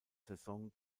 saison